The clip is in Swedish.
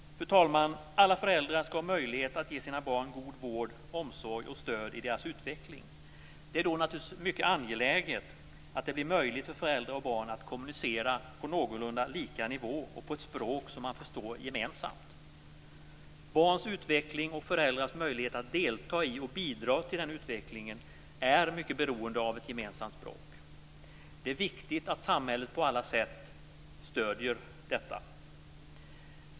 Fru talman! Alla föräldrar skall ha möjlighet att ge sina barn god vård, omsorg och stöd i deras utveckling. Det är då naturligtvis mycket angeläget att det blir möjligt för föräldrar och barn att kommunicera på någorlunda lika nivå och på ett gemensamt språk. Barns utveckling och föräldrars möjlighet att delta i och bidra till den utvecklingen är mycket beroende av ett gemensamt språk. Det är viktigt att samhället på alla sätt stöder detta.